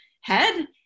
head